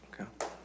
Okay